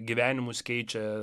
gyvenimus keičia